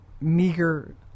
Meager